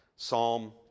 Psalm